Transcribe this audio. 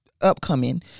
upcoming